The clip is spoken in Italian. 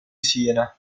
siena